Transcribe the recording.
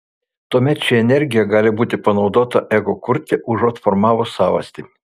tuomet ši energija gali būti panaudota ego kurti užuot formavus savastį